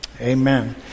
Amen